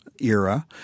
era